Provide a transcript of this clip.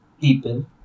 people